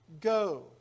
Go